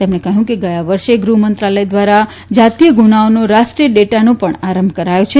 તેમણે કહ્યું કે ગયા વર્ષે ગૃહમંત્રાલય દ્વારા જાતિય ગુનાઓનો રાષ્ટ્રીય ડેટાનો પણ આરંભ કરાયો છે